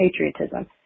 patriotism